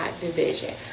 division